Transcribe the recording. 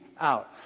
out